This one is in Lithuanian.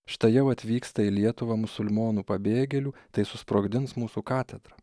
štai jau atvyksta į lietuvą musulmonų pabėgėlių tai susprogdins mūsų katedrą